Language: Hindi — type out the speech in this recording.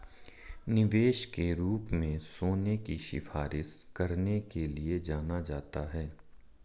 निवेश के रूप में सोने की सिफारिश करने के लिए जाना जाता है